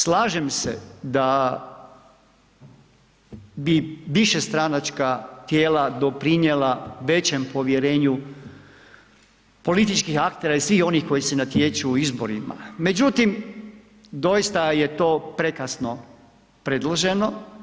Slažem se da bi višestranačka tijela doprinijela većem povjerenju političkih aktera i svih onih koji se natječu u izborima, međutim doista je to prekasno predloženo.